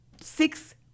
six